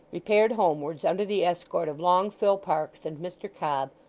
repaired homewards under the escort of long phil parkes and mr cobb,